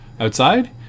outside